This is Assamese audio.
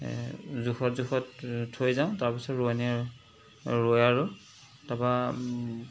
জোখত জোখত থৈ যাওঁ তাৰ পিছত ৰোৱনীয়ে ৰোৱে আৰু তাৰ পৰা